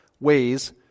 ways